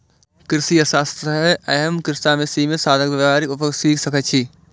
कृषि अर्थशास्त्र सं अहां कृषि मे सीमित साधनक व्यावहारिक उपयोग सीख सकै छी